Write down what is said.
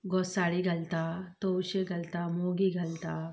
गोंसाळीं घालता तवशें घालता मोगी घालता